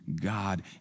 God